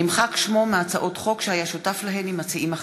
נמחק שמו מהצעות חוק שהיה שותף להן עם מציעים אחרים.